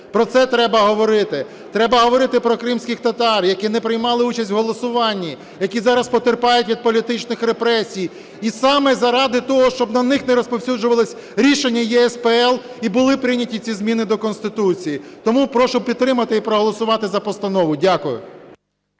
Про це треба говорити. Треба говорити про кримських татар, які не приймали участь у голосуванні, які зараз потерпають від політичних репресій. І саме зараз того, щоб на них не розповсюджувалося рішення ЄСПЛ, і були прийняті ці зміни до Конституції. Тому прошу підтримати і проголосувати за постанову. Дякую.